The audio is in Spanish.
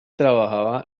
trabajaba